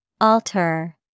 Alter